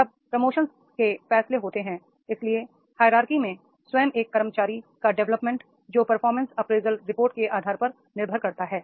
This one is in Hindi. तब प्रमोशन के फैसले होते हैं इसलिए हीरआर्की में स्वयं एक कर्मचारी का डेवलपमेंट जो परफॉर्मेंस अप्रेजल रिपोर्ट के आधार पर निर्भर करता है